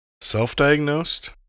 self-diagnosed